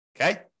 Okay